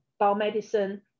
biomedicine